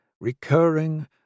recurring